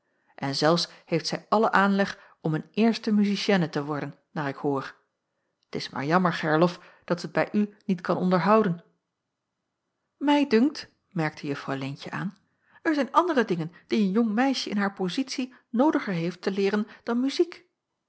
en zelfs heeft zij allen aanleg om een eerste musicienne te worden naar ik hoor t is maar jammer gerlof dat ze t bij u niet kan onderhouden mij dunkt merkte juffrouw leentje aan er zijn andere dingen die een jong meisje in haar pozitie noodiger heeft te leeren dan muziek